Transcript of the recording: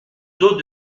dos